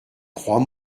crois